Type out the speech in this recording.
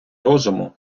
розуму